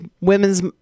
Women's